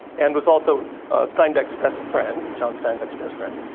and was also steinbeck's best friend, john steinbeck's best friend.